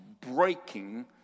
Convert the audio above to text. breaking